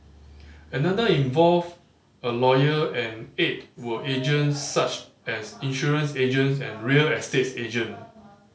another involved a lawyer and eight were agents such as insurance agents and real estates agent